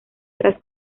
tras